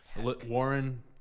Warren